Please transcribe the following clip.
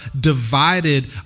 divided